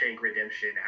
Redemption